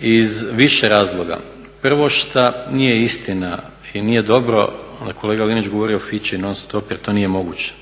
iz više razloga. Prvo šta nije istina i nije dobro kolega Linić govorio o fići non stop jer to nije moguće.